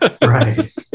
right